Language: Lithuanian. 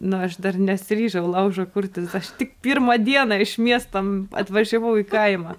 nu aš dar nesiryžau laužo kurtis aš tik pirmą dieną iš miesto atvažiavau į kaimą